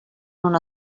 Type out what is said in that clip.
una